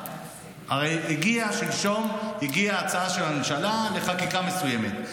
הרי שלשום הגיעה הצעה של הממשלה לחקיקה מסוימת.